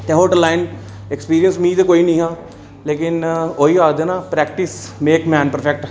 ते hotel line experience मिं ते कोई निं हा लेकिन ओह् ई आखदे न practice make a man perfect